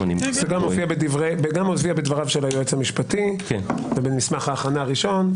זה גם מופיע בדבריו של היועץ המשפטי ובמסמך ההכנה הראשון.